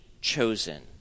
chosen